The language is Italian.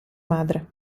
madre